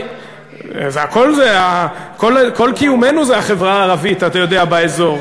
כל קיומנו זה החברה הערבית, אתה יודע, באזור.